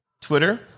Twitter